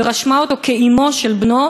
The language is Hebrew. ורשמה אותו כאמו של בנו,